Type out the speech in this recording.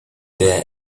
there